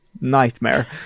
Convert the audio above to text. Nightmare